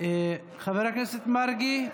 חבר הכנסת מרגי,